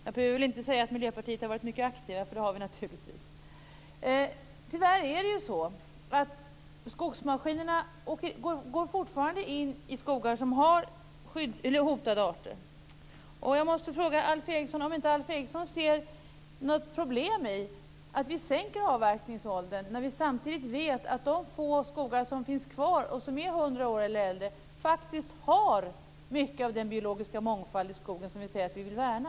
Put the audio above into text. Jag behöver väl inte säga att vi i Miljöpartiet har varit mycket aktiva, för det har vi naturligtvis varit. Tyvärr är det så att skogsmaskinerna fortfarande går in i skogar som har hotade arter. Ser inte Alf Eriksson något problem i att vi sänker avverkningsåldern, när vi samtidigt vet att de få skogar som finns kvar och som är hundra år eller äldre faktiskt har mycket av den biologiska mångfald i skogen som vi säger att vi vill värna?